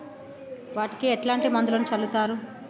వాటికి ఎట్లాంటి మందులను చల్లుతరు?